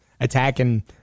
attacking